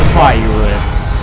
pirates